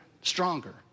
stronger